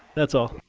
that's all.